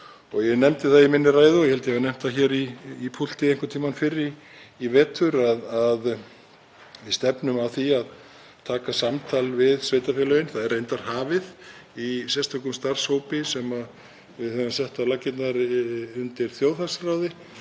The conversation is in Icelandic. Ég nefndi það í minni ræðu og ég nefndi það hér í púlti einhvern tíma fyrr í vetur að við stefnum að því að taka samtal við sveitarfélögin. Það er reyndar hafið í sérstökum starfshópi sem við höfum sett á laggirnar undir þjóðhagsráði